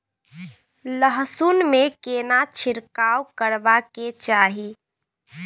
लहसुन में केना छिरकाव करबा के चाही?